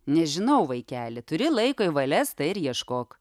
nežinau vaikeli turi laiko į valias tai ir ieškok